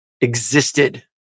existed